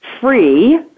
free